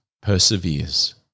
perseveres